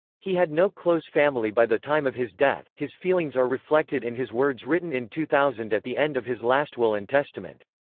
he had no close family by the time of his death his feelings are reflected in his words written in two thousand at the end of his last will and testament.